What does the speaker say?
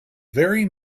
very